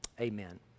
Amen